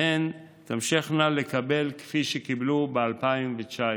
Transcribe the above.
והן תמשכנה לקבל אותו כפי שקיבלו ב-2019.